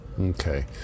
Okay